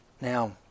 Now